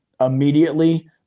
immediately